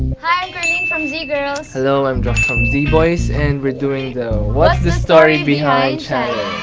from z-girls hello! i'm josh from z-boys and we're doing the what's the story behind challenge!